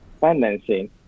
financing